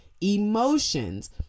emotions